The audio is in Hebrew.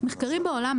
קודם כול,